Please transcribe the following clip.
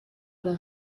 oder